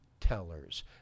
tellers